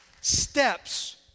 Steps